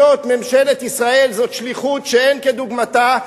להיות ממשלת ישראל זאת שליחות שאין כדוגמתה,